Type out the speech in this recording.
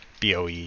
BOE